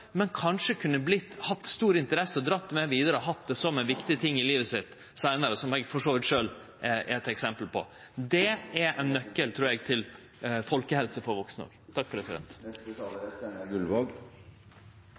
men som kanskje kunne hatt ei stor interesse som dei kunne dratt med seg vidare og hatt som ein positiv ting i livet sitt seinare, som eg for så vidt sjølv er eit eksempel på. Det er nøkkelen, trur eg, til folkehelse for vaksne